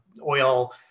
oil